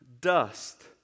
dust